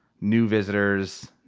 new visitors,